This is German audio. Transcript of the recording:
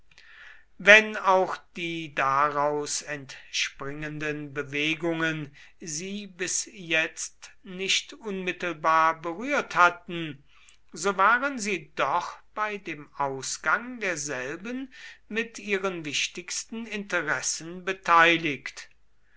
wenn auch die daraus entspringenden bewegungen sie bis jetzt nicht unmittelbar berührt hatten so waren sie doch bei dem ausgang derselben mit ihren wichtigsten interessen beteiligt